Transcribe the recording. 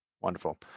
Wonderful